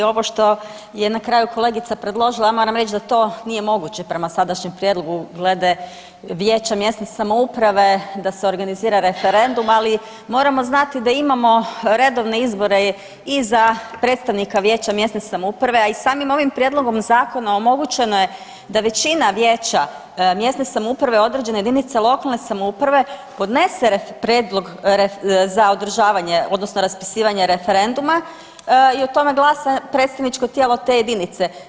Ovo što je na kraju kolegica predložila ja moram reći da to nije moguće prema sadašnjem prijedlogu gleda vijeća mjesne samouprave da se organizira referendum, ali moramo znati da imamo redovne izbore i za predstavnika vijeća mjesne samouprave, a i samim ovim prijedlogom zakona omogućeno je da većina vijeća mjesne samouprave određene jedinice lokalne samouprave podnese prijedlog za održavanje odnosno raspirivanje referenduma i o tome glasa predstavničko tijelo te jedinice.